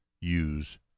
use